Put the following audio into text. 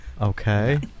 Okay